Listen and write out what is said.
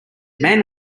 man